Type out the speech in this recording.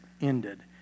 ended